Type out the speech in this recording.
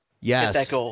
Yes